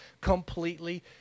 completely